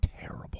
terrible